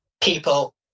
people